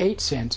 eight cents